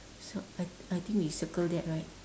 so I I think we circle that right